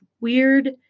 weird